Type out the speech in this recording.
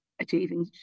achieving